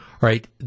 right